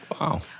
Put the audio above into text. Wow